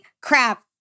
crap